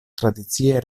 tradicie